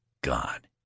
God